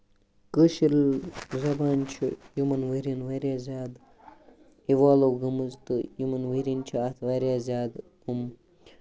کٲشِر زَبانہِ چھُ یِمن ؤرین واریاہ زیادٕ اِوالو گٔمٕژ تہٕ یِمَن ؤرین چھِ اَتھ واریاہ زیادٕ یِم